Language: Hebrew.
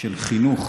של חינוך